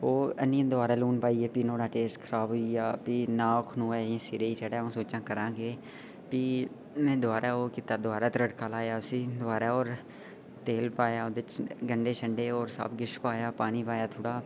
ओह् आह्नियै दबारा लून पाई गे फ्ही टेस्ट खराब हो गेआ ते ना ओह् खलोऐ सिरा गी चढ़ै अ'ऊं सोचां करां केह् फ्ही में दोबारा ओह् कित्ता दोबारा तड़का लाया उसी दोबारा तेल पाया ओह्दे च गंढे छंडे और सब किश पाया पानी पाया थोह्ड़ा